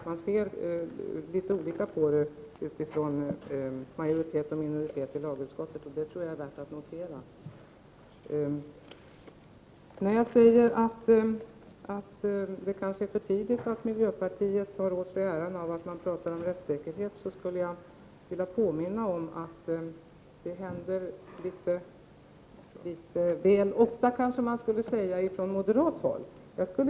Man ser litet olika på frågan från majoritetens och minoritetens sida i lagutskottet, och det tror jag är värt att notera. I anslutning till det jag sade om att det är litet för tidigt av miljöpartiet att ta åt sig äran av att man talar om rättssäkerhet vill jag påminna om att detta också sker litet väl ofta från moderat håll.